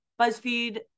BuzzFeed